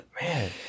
Man